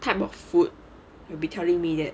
type of food it'll be telling me that